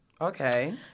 Okay